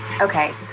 Okay